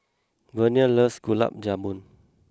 Verna loves Gulab Jamun